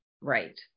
Right